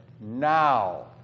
now